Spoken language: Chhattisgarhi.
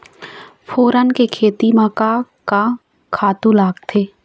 फोरन के खेती म का का खातू लागथे?